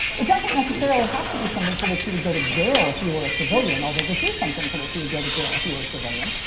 it doesn't necessarily have to be something for which you would go to jail if you were a civilian, although this is something for which you would go to jail if you were a civilian.